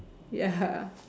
ya